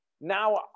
Now